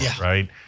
right